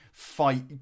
fight